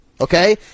Okay